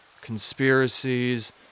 conspiracies